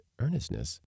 earnestness